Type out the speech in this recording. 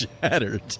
shattered